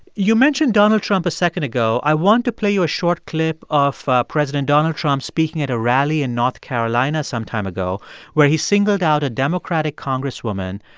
you mentioned donald trump a second ago. i want to play you a short clip of president donald trump speaking at a rally in north carolina some time ago where he singled out a democratic congresswoman,